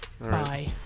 Bye